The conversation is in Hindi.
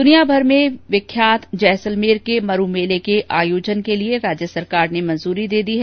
दुनिया भर में विख्यात जैसलमेर के मरू मेले के आयोजन के लिये राज्य सरकार ने स्वीकृति दे दी है